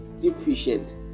deficient